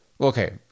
Okay